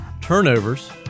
Turnovers